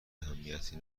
اهمیتی